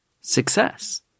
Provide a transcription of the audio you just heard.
success